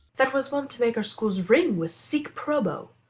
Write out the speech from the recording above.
that was wont to make our schools ring with sic probo.